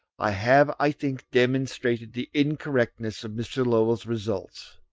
i have, i think, demonstrated the incorrectness of mr. lowell's results.